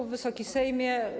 Wysoki Sejmie!